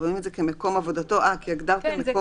כי הגדרתם מקום